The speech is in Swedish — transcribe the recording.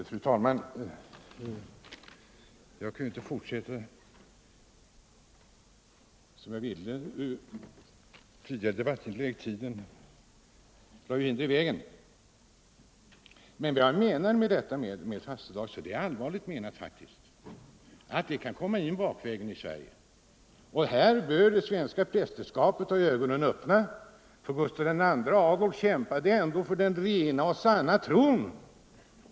Fru talman! Jag kunde inte fortsätta som jag ville i mitt tidigare debattinlägg, tiden lade hinder i vägen. Men när jag talar om fastedagar är det allvarligt menat. Sådana kan komma in bakvägen i Sverige. Här bör det svenska prästerskapet ha ögonen öppna, för Gustav II Adolf kämpade ändå för ”den rena och sanna tron”.